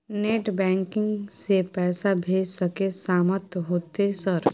Net banking से पैसा भेज सके सामत होते सर?